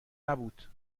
نبود